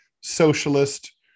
socialist